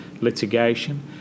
litigation